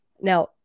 Now